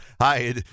hi